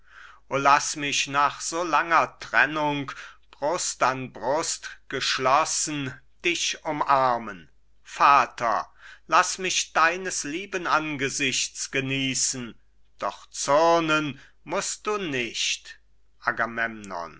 o laß mich nach so langer trennung brust an brust geschlossen dich umarmen vater laß mich deines lieben angesichts genießen doch zürnen mußt du nicht